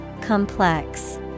Complex